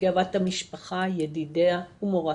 לגאוות המשפחה, ידידיה ומורתה,